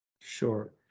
Sure